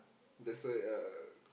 that's why uh